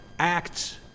acts